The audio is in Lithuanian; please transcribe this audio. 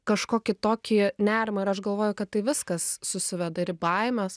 kažkokį tokį nerimą ir aš galvoju kad tai viskas susiveda ir į baimes